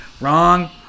wrong